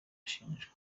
ashinjwa